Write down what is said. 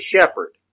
shepherd